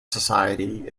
society